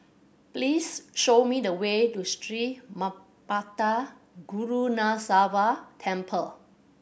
please show me the way to Sri Manmatha Karuneshvarar Temple